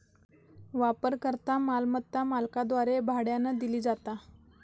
वापरकर्ता मालमत्ता मालकाद्वारे भाड्यानं दिली जाता